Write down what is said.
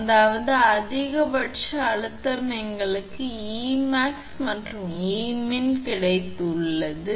எனவே அதாவது அதிகபட்ச அழுத்தம் அதனால் எங்களுக்கு 𝐸𝑚𝑎𝑥 மற்றும் Emin கிடைத்தது